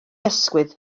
ysgwydd